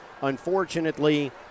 unfortunately